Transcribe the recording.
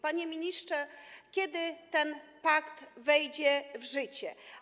Panie ministrze, kiedy ten pakt wejdzie w życie?